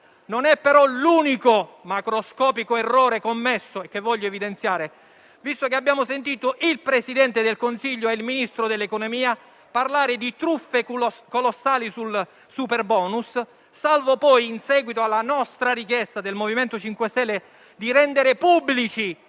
Non è, però, l'unico macroscopico errore commesso e che voglio evidenziare. Abbiamo sentito il Presidente del Consiglio e il Ministro dell'economia parlare di truffe colossali sul superbonus, salva poi, in seguito alla richiesta del MoVimento 5 Stelle di rendere pubblici